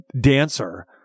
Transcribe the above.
dancer